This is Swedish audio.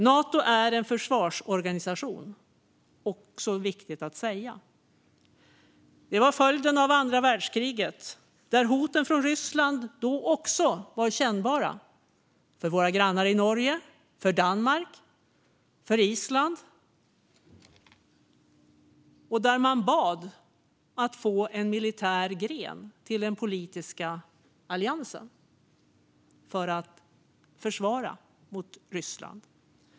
Nato är en försvarsorganisation - det är också viktigt att säga. Det var följden av andra världskriget då hoten från Ryssland också var kännbara för våra grannar i Norge, Danmark och Island och då man bad att få en militär gren till den politiska alliansen för att försvara sig mot Ryssland.